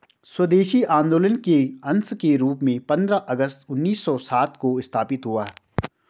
स्वदेशी आंदोलन के अंश के रूप में पंद्रह अगस्त उन्नीस सौ सात को स्थापित हुआ